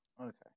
Okay